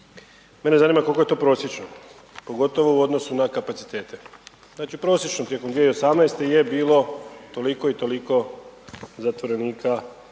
Mene zanima koliko je to prosječno, pogotovo u odnosu na kapacitete. Znači prosječno tijekom 2018. je bilo toliko i toliko zatvorenika,